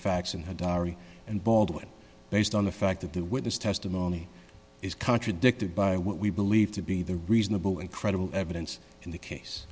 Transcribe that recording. facts in her diary and baldwin based on the fact that the witness testimony is contradicted by what we believe to be the reasonable and credible evidence in the case